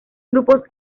grupos